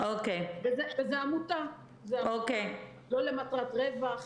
וזאת עמותה לא למטרת רווח,